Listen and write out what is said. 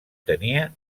tenia